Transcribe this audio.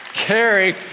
Carrie